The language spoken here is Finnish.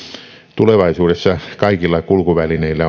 tulevaisuudessa kaikilla kulkuvälineillä